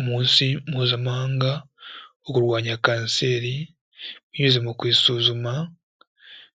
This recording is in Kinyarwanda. Umunsi mpuzamahanga wo kurwanya kanseri binyuze mu kuyisuzuma